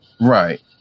Right